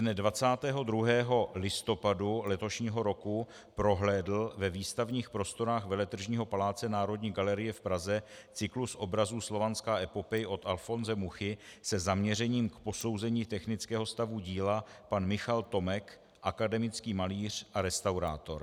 Dne 22. listopadu letošního roku prohlédl ve výstavních prostorách Veletržního paláce Národní galerie v Praze cyklus obrazů Slovanská epopej od Alfonse Muchy se zaměřením k posouzení technického stavu díla pan Michal Tomek, akademický malíř a restaurátor.